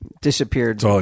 Disappeared